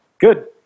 Good